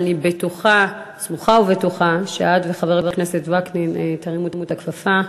אני סמוכה ובטוחה שאת וחבר הכנסת וקנין תרימו את הכפפה,